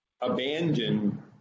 abandon